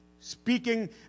speaking